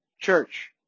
church